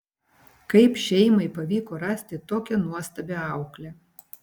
kaip šeimai pavyko rasti tokią nuostabią auklę